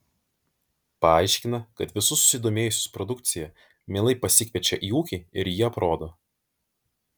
paaiškina kad visus susidomėjusius produkcija mielai pasikviečia į ūkį ir jį aprodo